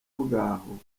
bwaho